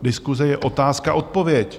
Diskuse je otázka odpověď.